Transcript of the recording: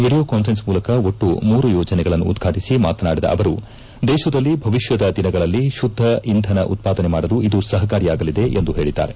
video conference ಮೂಲಕ ಒಟ್ಲು ಮೂರು ಯೋಜನೆಗಳನ್ನು ಉದ್ವಾಟಿಸಿ ಮಾತನಾಡಿದ ಅವರು ದೇಶದಲ್ಲಿ ಭವಿಷ್ಕದ ದಿನಗಳಲ್ಲಿ ಶುದ್ದ ಇಂಧನ ಉತ್ಪಾದನೆ ಮಾಡಲು ಇದು ಸಹಕಾರಿಯಾಗಲಿದೆ ಎಂದು ಹೇಳದ್ದಾರೆ